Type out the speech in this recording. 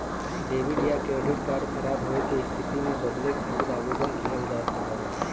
debit या credit card ख़राब होये क स्थिति में बदले खातिर आवेदन किहल जा सकला